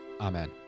Amen